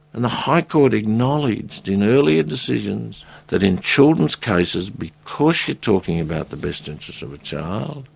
and the high court acknowledged in earlier decisions that in children's cases, because you're talking about the best interests of a child,